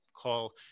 call